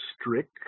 strict